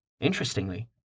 Interestingly